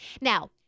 Now